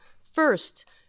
first